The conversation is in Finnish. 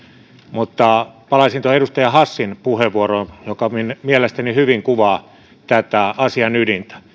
mutta palaisin tuohon edustaja hassin puheenvuoroon joka mielestäni hyvin kuvaa tätä asian ydintä